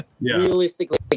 realistically